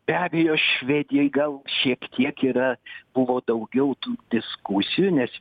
be abejo švedijai gal šiek tiek yra buvo daugiau tų diskusijų nes